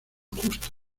justo